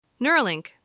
Neuralink